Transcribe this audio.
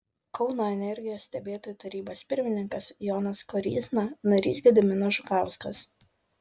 kauno energijos stebėtojų tarybos pirmininkas jonas koryzna narys gediminas žukauskas